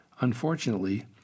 Unfortunately